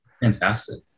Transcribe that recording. Fantastic